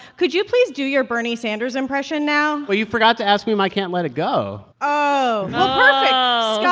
could you please do your bernie sanders impression now? well, you forgot to ask me my can't let it go oh oh